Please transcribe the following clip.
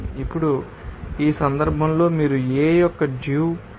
ఇప్పుడు ఈ సందర్భంలో మీరు ఎయిర్ యొక్క డ్యూ పాయింట్ ఏమిటో లెక్కించాలి